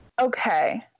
Okay